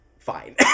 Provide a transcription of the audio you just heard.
fine